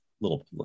little